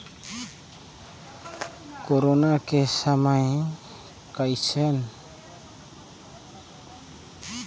corona के समे कइझन मइनसे मन अपन सबो चीच बस ल बिगाड़ के ले देके बांचिसें